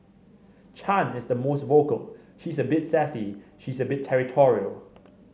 Chan is the most vocal she's a bit sassy she's a bit territorial